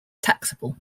taxable